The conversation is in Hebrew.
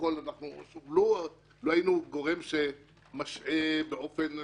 לו היינו גורם שמשעה באופן סיטונאי,